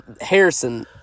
Harrison